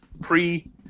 pre